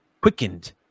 quickened